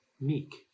Meek